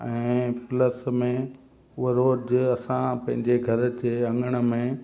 ऐं प्लस में उहो रोज़ जे असां पंहिंजे घर जे अङण में